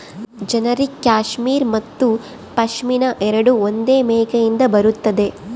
generic cashmere ಮತ್ತು ಪಶ್ಮಿನಾ ಎರಡೂ ಒಂದೇ ಮೇಕೆಯಿಂದ ಬರುತ್ತದೆ